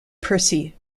percy